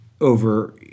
over